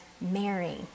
Mary